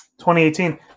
2018